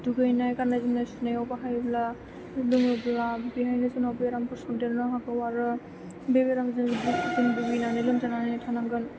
दुगैनाय गाननाय जोमनाय सुनायाव बाहायोब्ला लोङोब्ला लोंनायनि समाव बेरामफोर सनदेरनो हागौ आरो बे बेरामजों जों भुगिनानै लोमजानानै थानांगोन